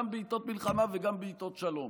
גם בעיתות מלחמה וגם בעיתות שלום.